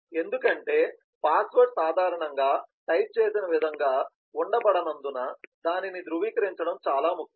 ఎందుకంటే పాస్వర్డ్ సాధారణంగా టైప్ చేసిన విధంగా ఉంచబడనందున దానిని ధృవీకరించడం చాలా ముఖ్యం